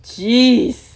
jeez